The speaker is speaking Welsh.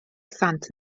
sant